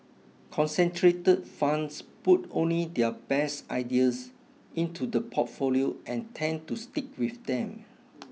concentrated funds put only their best ideas into the portfolio and tend to stick with them